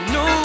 no